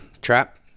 trap